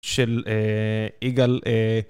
של יגאל.